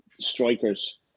strikers